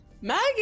Maggie